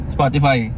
Spotify